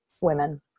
women